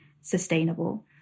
sustainable